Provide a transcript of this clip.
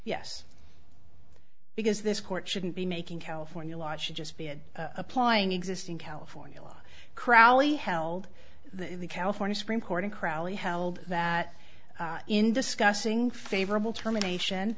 yes because this court shouldn't be making california law should just be a applying existing california law crowley held the california supreme court and crowley held that in discussing favorable termination